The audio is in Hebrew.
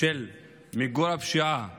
של מיגור הפשיעה